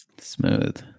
Smooth